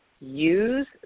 Use